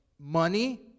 money